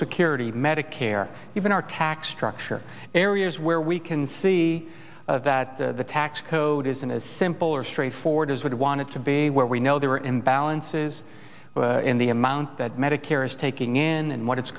security medicare even our tax structure areas where we can see that the tax code isn't as simple or straightforward as would want it to be where we know there are imbalances in the amount that medicare there is taking in and what it's